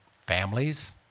families